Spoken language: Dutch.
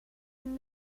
een